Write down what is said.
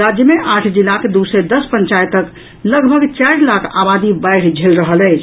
राज्य मे आठ जिलाक दू सय दस पंचायतक लगभग चारि लाख आबादी बाढि झेल रहल अछि